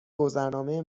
گذرنامه